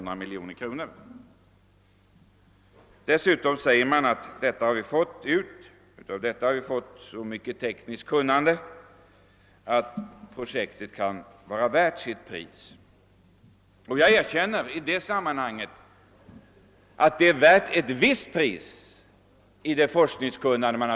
Dessutom anförs att man fått så mycket av tekniskt kunnande att projektet därigenom kan vara värt sitt pris. Jag erkänner att det kunnande, som forskningsverksamheten i Marviken givit, är värt ett visst pris.